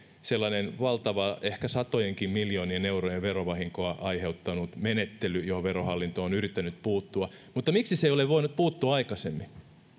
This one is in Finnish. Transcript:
sellainen valtava ehkä satojenkin miljoonien eurojen verovahinkoa aiheuttanut menettely johon verohallinto on yrittänyt puuttua mutta miksi se ei ole voinut puuttua aikaisemmin